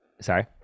Sorry